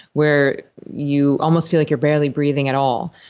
where you almost feel like you're barely breathing at all.